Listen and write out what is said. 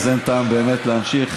אין טעם באמת להמשיך,